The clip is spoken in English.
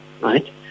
right